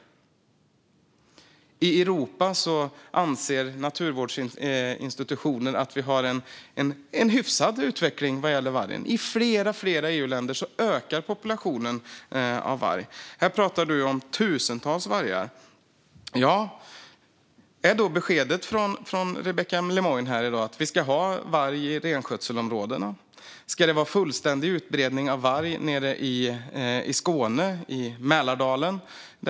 I Europa anser naturvårdsinstitutioner att vi har en hyfsad utveckling vad gäller vargen. I flera EU-länder ökar populationen av varg. Här pratar Rebecka Le Moine om tusentals vargar. Är då beskedet från Rebecka Le Moine i dag att vi ska ha varg i renskötselområden? Ska det vara fullständig utbredning av varg i Skåne och i Mälardalen?